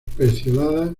pecioladas